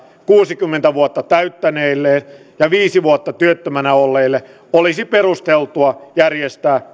kuusikymmentä vuotta täyttäneille ja viisi vuotta työttömänä olleille olisi perusteltua järjestää